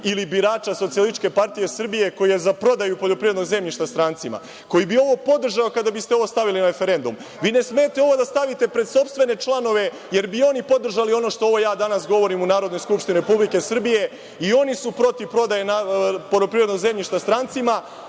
ili birača SPS koji je za prodaju poljoprivrednog zemljišta strancima, koji bi ovo podržao kada biste ovo stavili na referendum. Vi ne smete ovo da stavite pred sopstvene članove, jer bi oni podržali ovo što ja danas govorim u Narodnoj skupštini Republike Srbije. I oni su protiv prodaje poljoprivrednog zemljišta strancima.